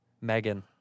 Megan